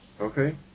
Okay